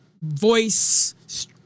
voice